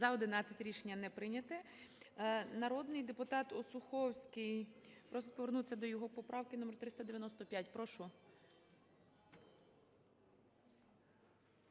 За-11 Рішення не прийняте. Народний депутат Осуховський просить повернутися до його поправки номер 395. Прошу.